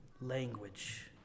language